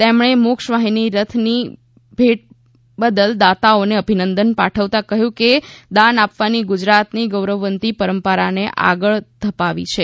તેમણે મોક્ષવાહિની રથની ભેટ બદલ દાતાઓને અભિનંદન પાઠવતા કહ્યું કે દાન આપવાની ગુજરાતની ગૌરવવંતી પરંપરાને આગળ ધપાવી છે